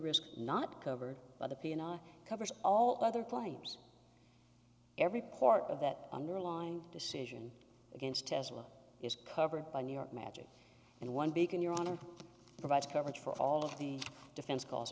risk not covered by the piano covers all other claims every part of that underlined decision against tesla is covered by new york magic and one beacon your honor provides coverage for all of the defense cost